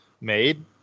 made